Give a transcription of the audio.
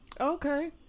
okay